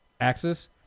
axis